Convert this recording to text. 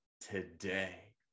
today